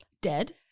dead